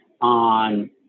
on